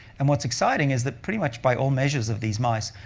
and what's exciting is that pretty much by all measures of these mice,